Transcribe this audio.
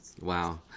Wow